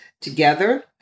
together